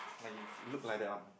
like if look like that one